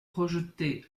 projeté